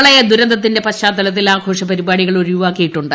പ്രളയ ദുരന്തത്തിന്റെ പശ്ചാത്തലത്തിൽ ആഘോഷ പരിപാടികൾ ഒഴിവാക്കിയിട്ടുണ്ട്